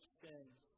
sins